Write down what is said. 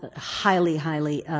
ah highly, highly